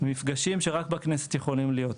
מפגשים שרק בכנסת יכולים להיות.